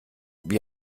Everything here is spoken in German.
wie